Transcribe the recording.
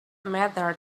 mattered